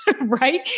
right